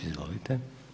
Izvolite.